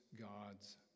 God's